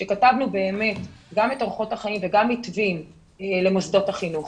כשכתבנו אורחות חיים וגם מתווים למוסדות החינוך,